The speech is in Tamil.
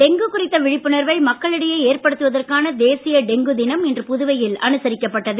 டெங்கு குறித்த விழிப்புணர்வை மக்களிடையே ஏற்படுத்துவதற்கான தேசிய டெங்கு தினம் இன்று புதுவையில் அனுசரிக்கப்பட்டது